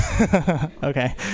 Okay